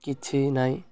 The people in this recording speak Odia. କିଛି ନାଇଁ